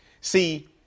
See